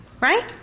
right